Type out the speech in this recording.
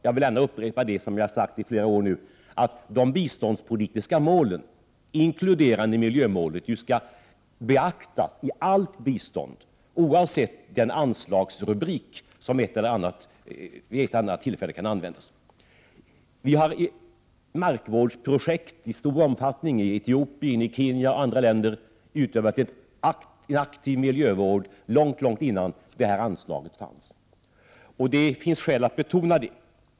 Jag vill upprepa det jag har sagt i flera år nu: De biståndspolitiska målen, inkluderande miljömålet, skall beaktas i allt bistånd, oavsett den anslagsrubrik som vid det ena eller andra tillfället används. Det finns skäl att betona att vi har haft markvårdsprojekt i stor omfattning i Etiopien, Kenya och andra länder och idkat aktiv miljövård långt innan det här anslaget fanns.